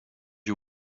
you